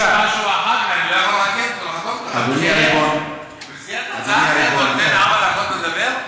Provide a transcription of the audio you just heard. במסגרת הצעה לסדר-היום אתה נותן ארבע דקות לדבר?